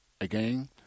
Again